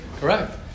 correct